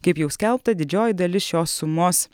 kaip jau skelbta didžioji dalis šios sumos